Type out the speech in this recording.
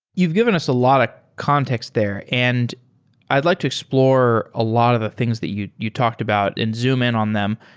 you've given us a lot of context there, and i'd like to explore a lot of the things that you you talked about and zoom in on them.